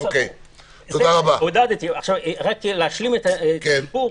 רק כדי להשלים את הסיפור.